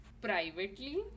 privately